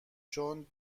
چون